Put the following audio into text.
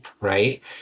right